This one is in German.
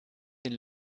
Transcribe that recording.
den